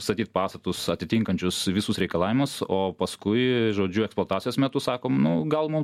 statyt pastatus atitinkančius visus reikalavimus o paskui žodžiu eksploatacijos metu sakom nu gal mum